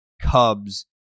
Cubs